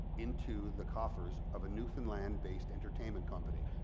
into the coffers of a newfoundland based entertainment company.